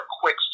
quick